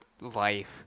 life